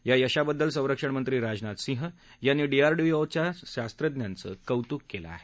या यशाबद्दल संरक्षण मंत्री राजनाथ सिंह यांनी डीआरडीओच्या शास्त्रज्ञांचं कौतुक केलं आहे